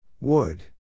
Wood